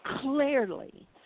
Clearly